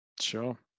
Sure